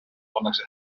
pannakse